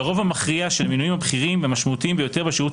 שהרוב המכריע של המינויים הבכירים והמשמעותיים ביותר בשירות